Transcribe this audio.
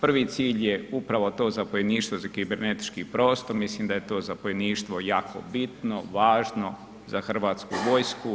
Prvi cilj je upravo to zapovjedništvo za kibernetički prostor, mislim da je to zapovjedništvo jako bitno, važno za Hrvatsku vojsku.